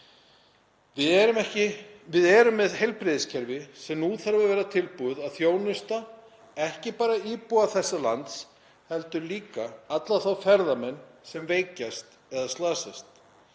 Við erum með heilbrigðiskerfi sem nú þarf að vera tilbúið að þjónusta ekki bara íbúa þessa lands heldur líka alla þá ferðamenn sem veikjast eða slasast.